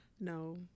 No